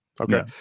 okay